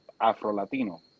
afro-latino